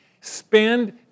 Spend